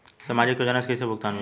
सामाजिक योजना से कइसे भुगतान मिली?